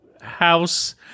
house